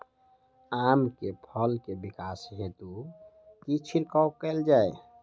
आम केँ फल केँ विकास हेतु की छिड़काव कैल जाए?